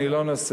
אני לא נוסע.